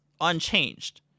unchanged